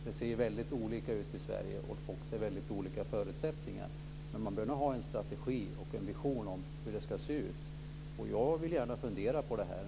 Det ser väldigt olika ut i Sverige, och det är väldigt olika förutsättningar. Man bör ha en strategi och en vision av hur det ska se ut. Jag vill gärna fundera på detta.